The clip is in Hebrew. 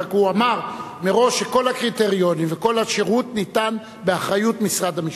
רק הוא אמר מראש שכל הקריטריונים וכל השירות הם באחריות משרד המשפטים.